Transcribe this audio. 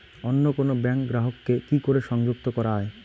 অন্য কোনো ব্যাংক গ্রাহক কে কি করে সংযুক্ত করা য়ায়?